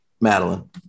Madeline